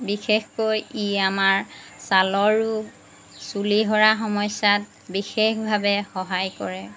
বিশেষকৈ ই আমাৰ ছালৰ ৰোগ চুলি সৰা সমস্যাত বিশেষভাৱে সহায় কৰে